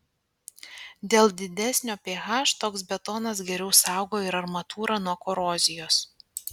dėl didesnio ph toks betonas geriau saugo ir armatūrą nuo korozijos